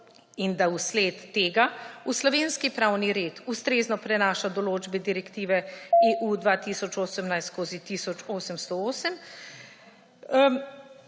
in da vsled tega v slovenski pravni red ustrezno prenaša določbe Direktive EU 2018/1808,